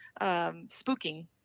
spooking